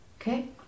Okay